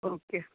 okay